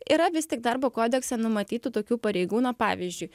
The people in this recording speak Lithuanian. yra vis tik darbo kodekse numatytų tokių pareigų na pavyzdžiui